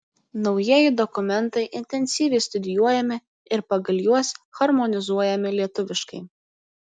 naujieji dokumentai intensyviai studijuojami ir pagal juos harmonizuojami lietuviški